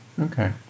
Okay